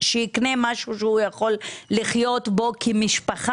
לקנות דירה בה הם יכולים לחיות כמשפחה.